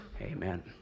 Amen